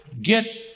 get